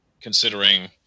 considering